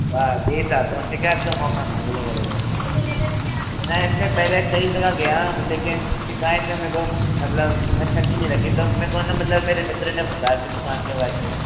बस यही चाहता हूँ शिकायत का मौका न मिले मेरे को मैं इससे पहले कई जगह गया लेकिन शिकायत है मेरे को मतलब अच्छी नहीं लगी तो मेरे को न मतलब मेरे मित्र ने बताया आपकी दुकान के बारे में